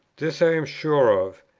this i am sure of,